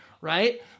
right